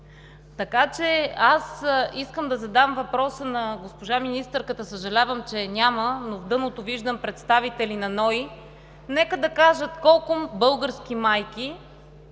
Аз искам да задам въпрос на госпожа министърката, съжалявам, че я няма, но в дъното виждам представители на НОИ, нека да кажат колко български майки